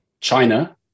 China